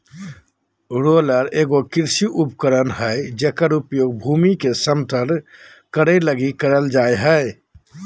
roller एगो कृषि उपकरण हइ जेकर उपयोग भूमि के समतल करे लगी करल जा हइ